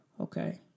Okay